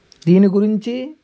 దీని గురించి